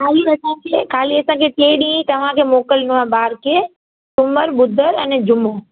ख़ाली असांखे ख़ाली असांखे टे ॾींहुं तव्हांखे मोकिलिणो आहे ॿारु खे सूमरु ॿुधरु आने जुमो